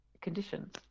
conditions